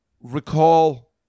recall